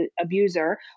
abuser